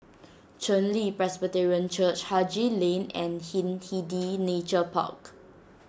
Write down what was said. Chen Li Presbyterian Church Haji Lane and Hindhede Nature Park